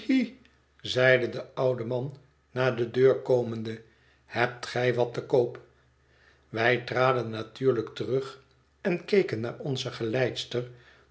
zeide de oude man naar de deur komende hebt gij wat te koop wij traden natuurlijk terug en keken naar onze geleidster